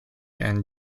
and